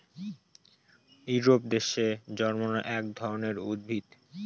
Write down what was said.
Europe দেশে জন্মানো এক রকমের উদ্ভিদ